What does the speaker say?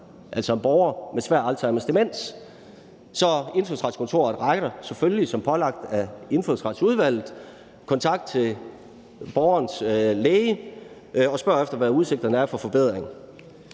altså for en borger med svær Alzheimers demens. Så Indfødsretskontoret retter selvfølgelig som pålagt af Indfødsretsudvalget kontakt til borgerens læge og spørger efter, hvad udsigterne for forbedring er.